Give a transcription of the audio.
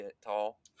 tall